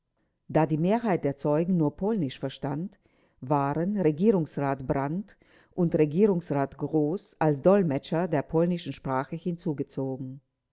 da die mehrheit der zeugen nur polnisch verstand waren regierungsrat brandt und rechnungsrat groß als dolmetscher der polnischen sprache hinzugezogen